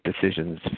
decisions